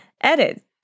Edit